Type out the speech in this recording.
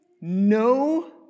no